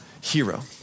hero